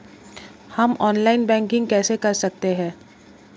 हम online banking कैसे कर सकते हैं?